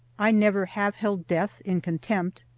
i never have held death in contempt,